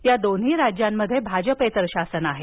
या दोन्ही राज्यांमध्ये भाजपेतर शासन आहे